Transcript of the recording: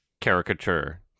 caricature